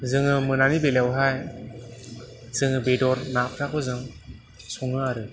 जोङो मोनानि बेलायाव हाय जोङो बेदर ना फ्राखौ जों सङो आरो